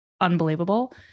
unbelievable